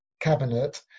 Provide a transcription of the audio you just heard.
cabinet